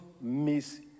miss